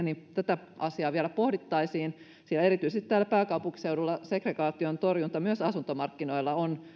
niin tätä asiaa vielä pohdittaisiin sillä erityisesti täällä pääkaupunkiseudulla segregaation torjunta myös asuntomarkkinoilla on